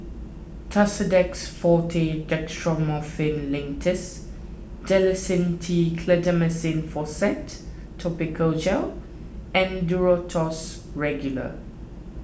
Tussidex forte Dextromethorphan Linctus Dalacin T Clindamycin Phosphate Topical Gel and Duro Tuss Regular